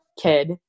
kid